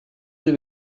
will